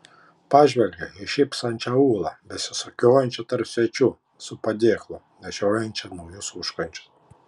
pažvelgė į šypsančią ūlą besisukiojančią tarp svečių su padėklu nešiojančią naujus užkandžius